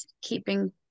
keeping